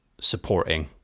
supporting